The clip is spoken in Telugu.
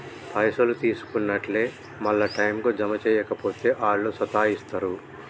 పైసలు తీసుకున్నట్లే మళ్ల టైంకు జమ జేయక పోతే ఆళ్లు సతాయిస్తరు